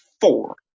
four